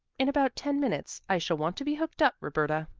in about ten minutes i shall want to be hooked up, roberta.